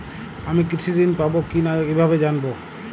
আমি কৃষি ঋণ পাবো কি না কিভাবে জানবো?